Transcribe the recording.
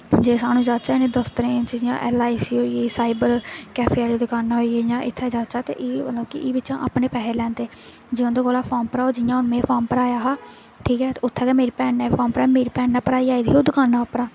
जे सानूं जाचै नि दफ्तरै च जियां एल आई सी होई गेई साइबर कैफे आह्ली दकानां होई गेइयां इत्थें जाचै ते एह् मतलब कि एह् बिच्च अपने पैहे लैंदे जे उन्दे कोला फार्म भराओ जियां हून में फार्म भराया हा ठीक ऐ ते उत्थें गै मेरी भैन ने फार्म भराया मेरी भैन फार्म भराई आई दी ही ओह् दकाना उप्परा